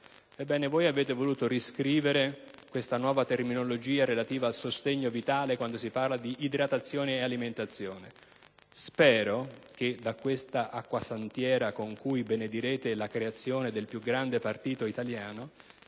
Ebbene, voi avete voluto riscrivere questa nuova terminologia relativa al sostegno vitale, quando si parla di idratazione e alimentazione. Spero che da questa acquasantiera, con cui benedirete la creazione del più grande partito italiano,